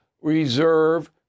reserve